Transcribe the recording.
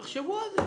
תחשבו על זה.